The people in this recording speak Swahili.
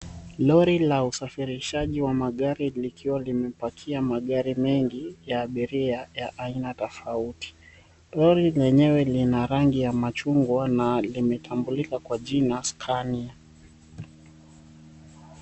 Lori la usafirishaji wa magari likiwa limepakia magari mengi ya abiria ya aina tofauti. Lori lenyewe lina rangi ya machungwa na limetambulika kwa jina Scania.